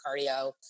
cardio